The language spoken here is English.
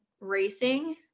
racing